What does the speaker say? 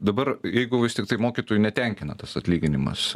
dabar jeigu vis tiktai mokytojų netenkina tas atlyginimas